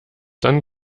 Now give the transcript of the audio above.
dann